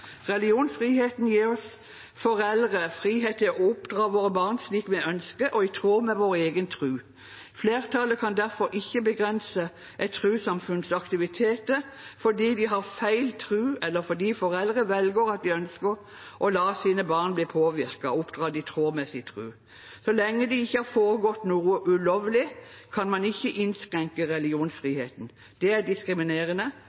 Religionsfriheten gir oss foreldre frihet til å oppdra våre barn slik vi ønsker, og i tråd med vår egen tro. Flertallet kan derfor ikke begrense et trossamfunns aktiviteter fordi de har feil tro, eller fordi foreldre velger å la sine barn bli påvirket og oppdra dem i tråd med sin tro. Så lenge det ikke har foregått noe ulovlig, kan man ikke innskrenke